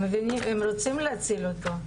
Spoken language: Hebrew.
הם רוצים להציל אותו,